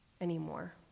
anymore